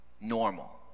normal